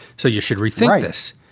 so you should rethink this.